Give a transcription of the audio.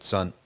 Son